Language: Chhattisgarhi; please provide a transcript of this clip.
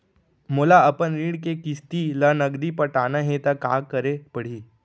मोला अपन ऋण के किसती ला नगदी पटाना हे ता का करे पड़ही?